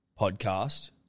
podcast